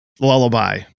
lullaby